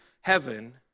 heaven